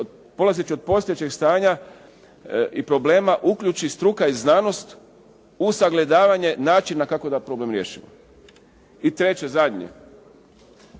polazeći od postojećeg stanja i problema uključi struka i znanost uz sagledavanje načina kako da problem riješimo. I treće, zadnje.